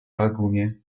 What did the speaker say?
lagunie